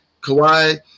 Kawhi